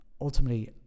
ultimately